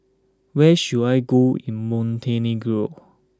where should I go in Montenegro